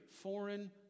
foreign